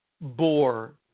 bore